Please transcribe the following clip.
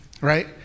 right